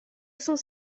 cinq